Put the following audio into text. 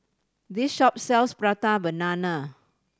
this shop sells Prata Banana